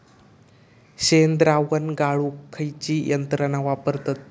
शेणद्रावण गाळूक खयची यंत्रणा वापरतत?